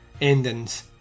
endings